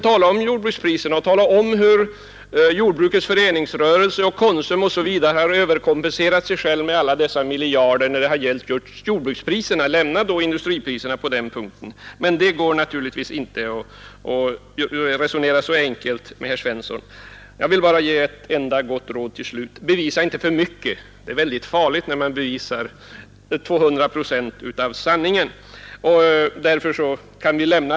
Tala om jordbrukspriserna, herr Svensson, och tala om hur jordbrukets föreningsrörelse har överkompenserat sig själv med alla dessa miljarder när det har gällt just jordbrukspriserna! Blanda inte in industripriserna i det. Men det går naturligtvis inte att resonera så enkelt med herr Svensson. Jag vill ge honom ett enda gott råd. Bevisa inte för mycket! Det är nämligen mycket farligt att bevisa 200 procent av sanningen.